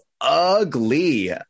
ugly